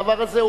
הדבר הזה הוא,